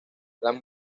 las